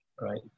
right